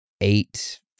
eight